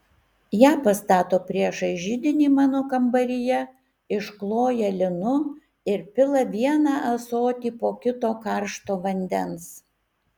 ją pastato priešais židinį mano kambaryje iškloja linu ir pila vieną ąsotį po kito karšto vandens